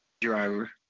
Driver